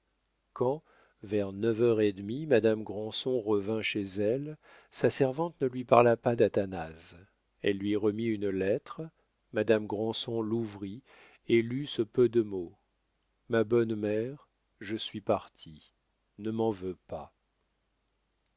quand vers neuf heures et demie madame granson revint chez elle sa servante ne lui parla pas d'athanase elle lui remit une lettre madame granson l'ouvrit et lut ce peu de mots ma bonne mère je suis parti ne m'en veux pas